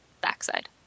backside